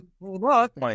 Look